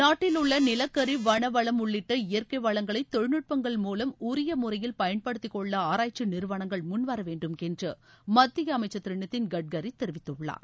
நாட்டிலுள்ள நிலக்கரி வன வளம் உள்ளிட்ட இயற்கை வளங்களை தொழில்நுட்பங்கள் மூலம் உரிய முறையில் பயன்படுத்திக் கொள்ள ஆராய்ச்சி நிறுவனங்கள் முன்வர வேண்டும் என்று மத்திய அமைச்சர் திரு நிதின் கட்கரி தெரிவித்துள்ளார்